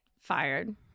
fired